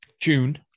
June